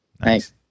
nice